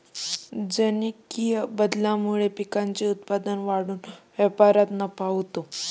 जनुकीय बदलामुळे पिकांचे उत्पादन वाढून व्यापारात नफा होतो